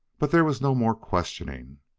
but there was no more questioning.